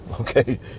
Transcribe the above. okay